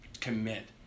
commit